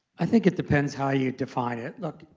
i think it depends how you define it. look,